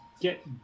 get